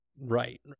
Right